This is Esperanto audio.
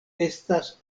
estas